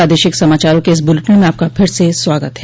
प्रादेशिक समाचारों के इस बुलेटिन में आपका फिर से स्वागत है